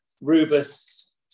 Rubus